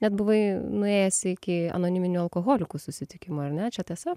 net buvai nuėjęs iki anoniminių alkoholikų susitikimo ar ne čia tiesa